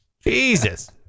Jesus